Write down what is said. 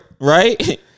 right